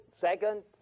second